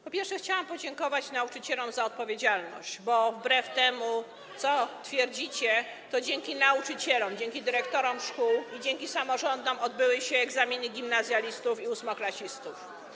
Po pierwsze, chciałam podziękować nauczycielom za odpowiedzialność, [[Poruszenie na sali]] bo wbrew temu, co twierdzicie, to dzięki nauczycielom, dzięki dyrektorom szkół i dzięki samorządom odbyły się egzaminy gimnazjalistów i ósmoklasistów.